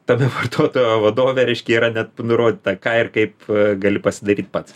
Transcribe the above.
tame vartotojo vadove reiškia yra net nurodyta ką ir kaip gali pasidaryt pats